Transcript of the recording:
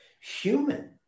human